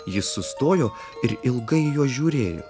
jis sustojo ir ilgai į juos žiūrėjo